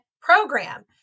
program